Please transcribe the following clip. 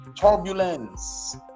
turbulence